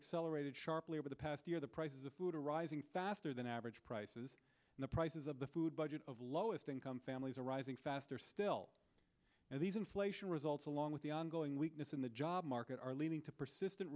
accelerated sharply over the past year the prices of food a rising faster than average prices and the prices of the food budget of lowest income families are rising faster still and these inflation results along with the ongoing weakness in the job market are leading to persistent